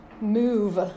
move